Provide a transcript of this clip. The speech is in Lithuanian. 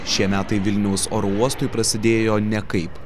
šie metai vilniaus oro uostui prasidėjo nekaip